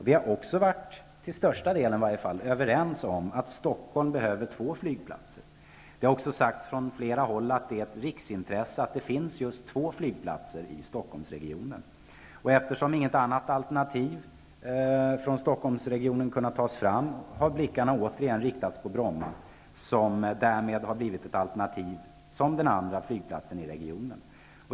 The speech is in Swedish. Vi har också till största delen varit överens om att Stockholm behöver två flygplatser. Det har också från flera håll sagts att det är av riksintresse att det finns två flygplatser i denna region. Eftersom något annat alternativ för Stockholmsregionen inte har kunnat tas fram, har blickarna riktats mot Bromma, som återigen har blivit ett alternativ som den andra flygplatsen i regionen.